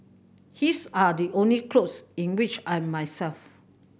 his are the only clothes in which I'm myself